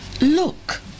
look